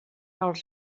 als